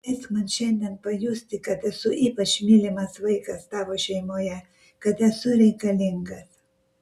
leisk man šiandien pajusti kad esu ypač mylimas vaikas tavo šeimoje kad esu reikalingas